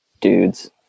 dudes